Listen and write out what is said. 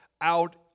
out